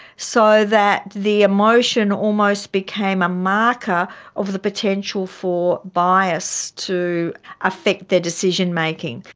so that the emotion almost became a marker of the potential for bias to affect their decision making.